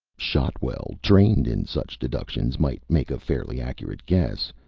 shotwell, trained in such deductions, might make a fairly accurate guess,